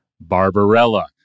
Barbarella